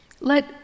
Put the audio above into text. Let